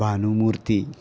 Bhanumurthy